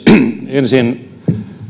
ensin